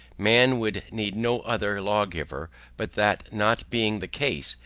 man would need no other lawgiver but that not being the case,